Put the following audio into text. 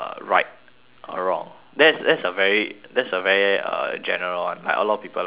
or wrong that's that's a very that's a very uh general one like a lot of people like talk about it